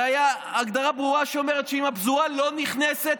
והגדרה ברורה שאומרת שאם הפזורה לא נכנסת,